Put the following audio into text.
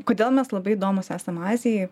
kodėl mes labai įdomūs esam azijai